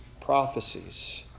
prophecies